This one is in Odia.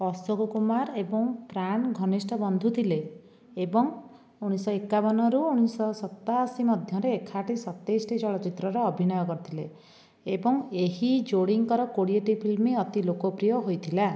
ଅଶୋକ କୁମାର ଏବଂ ପ୍ରାଣ୍ ଘନିଷ୍ଠ ବନ୍ଧୁ ଥିଲେ ଏବଂ ଉଣାଇଶଶହ ଏକାବନରୁ ଉଣାଇଶଶହ ଶତାଅଶି ମଧ୍ୟରେ ଏକାଠି ସତାଇଶଟି ଚଳଚ୍ଚିତ୍ରରେ ଅଭିନୟ କରିଥିଲେ ଏବଂ ଏହି ଯୋଡ଼ିଙ୍କର କୋଡିଏଟି ଫିଲ୍ମ ଅତି ଲୋକପ୍ରିୟ ହୋଇଥିଲା